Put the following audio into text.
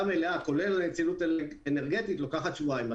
מלאה כולל נצילות אנרגטית לוקחת שבועיים.